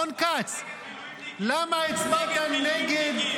רון כץ -- הצבעת נגד מילואימניקים.